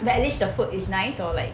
but at least the food is nice or like